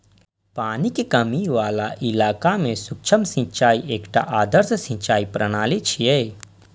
पानिक कमी बला इलाका मे सूक्ष्म सिंचाई एकटा आदर्श सिंचाइ प्रणाली छियै